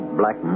black